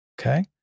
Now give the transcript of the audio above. Okay